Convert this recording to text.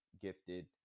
gifted